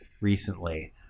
recently